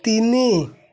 ତିନି